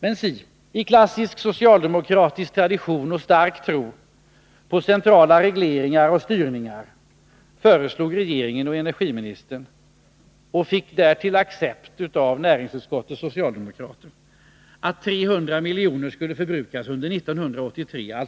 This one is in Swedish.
Men si — enligt klassisk socialdemokratisk tradition och med stark tro på centrala regleringar och central styrning föreslog regeringen och energiministern — och fick därtill accept av näringsutskottets socialdemokrater — att 300 miljoner skulle förbrukas under 1983.